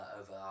over